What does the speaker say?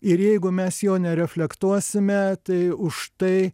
ir jeigu mes jo nereflektuosime tai už tai